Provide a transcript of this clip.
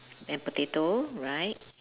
and potato right